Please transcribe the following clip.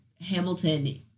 hamilton